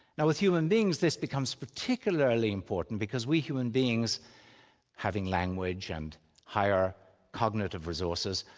now with human beings this becomes particularly important because we human beings having language and higher cognitive resources,